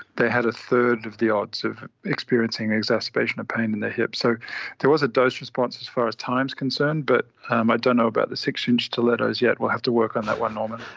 they had a third of the odds of experiencing exacerbation of pain in their hips. so there was a dose response as far as time is concerned, but um i don't know about the six-inch stilettos yet, we will have to work on that one. um and